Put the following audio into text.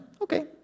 Okay